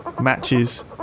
matches